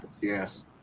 yes